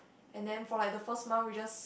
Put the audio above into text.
and then for like the first month we just